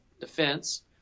Defense